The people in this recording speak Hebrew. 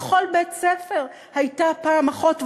בכל בית-ספר הייתה פעם אחות,